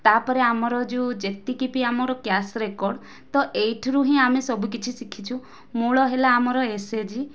ତାପରେ ଆମର ଯେଉଁ ଯେତିକି ବି ଆମର କ୍ୟାସ ରେକର୍ଡ଼ ତ ଏଇଥିରୁ ହିଁ ଆମେ ସବୁ କିଛି ଶିଖିଛୁ ମୂଳ ହେଲା ଆମର ଏସଏସଜି